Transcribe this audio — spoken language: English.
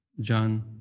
John